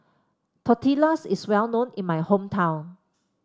Tortillas is well known in my hometown